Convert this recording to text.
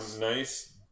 nice